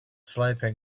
slope